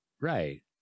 Right